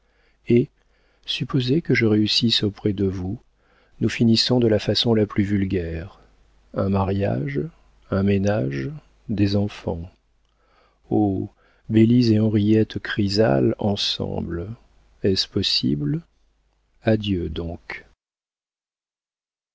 et supposez que je réussisse auprès de vous nous finissons de la façon la plus vulgaire un mariage un ménage des enfants oh bélise et henriette chrysale ensemble est-ce possible adieu donc